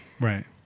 Right